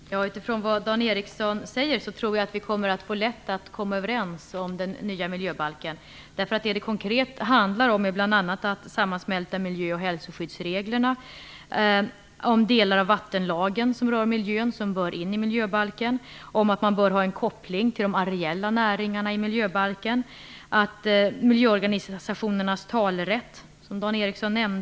Fru talman! Baserat på vad Dan Ericsson säger tror jag att vi kommer att få lätt att komma överens om den nya miljöbalken. Det handlar konkret bl.a. om en sammansmältning av miljö och hälsoskyddssreglerna och om delar av vattenlagen som rör miljön, som bör finnas i miljöbalken. Det handlar om att det bör finnas en koppling till de areella näringarna i miljöbalken och om miljöorganisationernas talerätt, som Dan Ericsson nämnde.